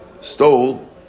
stole